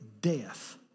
death